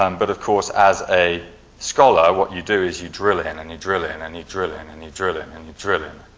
um but of course, as a scholar, what you do is you drill in, and you drill in, and you drill in, and you drill in, and you drill in,